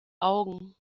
augen